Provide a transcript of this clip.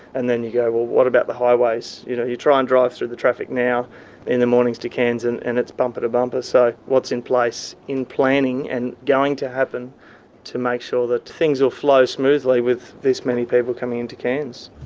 and then you go, well, what about the highways? you know, you try and drive through the traffic now in the mornings to cairns and it's bumper to bumper. so what's in place in planning and going to happen to make sure that things will flow smoothly with this many people coming into cairns?